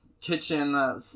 kitchen